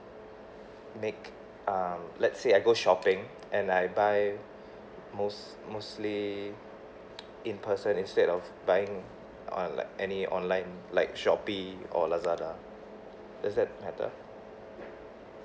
make um let's say I go shopping and I buy most mostly in person instead of buying uh like any online like Shopee or Lazada does that matter